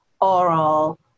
oral